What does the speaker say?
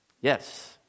yes